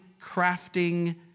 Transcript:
crafting